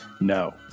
No